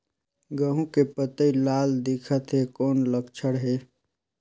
गहूं के पतई लाल दिखत हे कौन लक्षण हे?